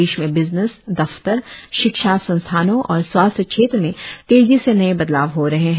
देश में बिजनेस दफ्तर शिक्षा संस्थानों और स्वास्थ्य क्षेत्र में तेजी से नये बदलाव हो रहे हैं